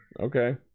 Okay